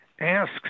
asks